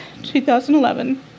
2011